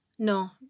No